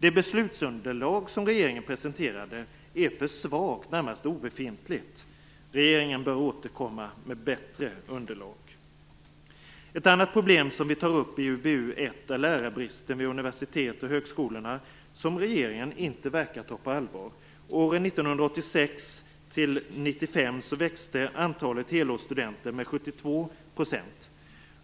Det beslutsunderlag som regeringen presenterade är för svagt, närmast obefintligt. Regeringen bör återkomma med bättre underlag. Ett annat problem som vi tar upp i UbU1 är lärarbristen vid universitet och högskolor som regeringen inte verkar ta på allvar. Åren 1986 till 1995 växte antalet helårsstudenter med 72 %.